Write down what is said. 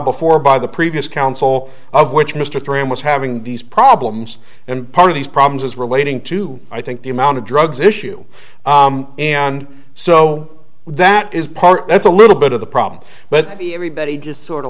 before by the previous counsel of which mr three and was having these problems and part of these problems was relating to i think the amount of drugs issue and so that is part that's a little bit of the problem but everybody just sort of